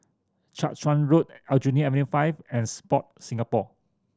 Jiak Chuan Road Aljunied Avenue Five and Sport Singapore